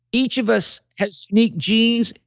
each of us has unique genes,